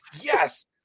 yes